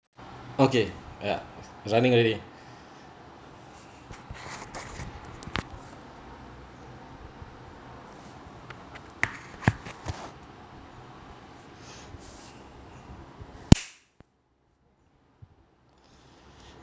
okay ya it's runnning already